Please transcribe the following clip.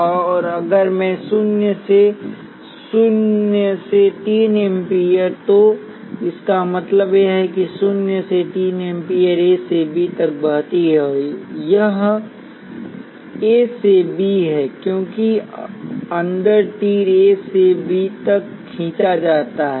और अगर मैं शून्य शून्य से 3 एम्पीयर है तो इसका मतलब है कि शून्य से 3 एम्पीयर ए से बी तक बहती है यह ए से बी है क्योंकि अंदर तीर ए से बी तक खींचा जाता है